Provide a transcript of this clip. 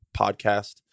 Podcast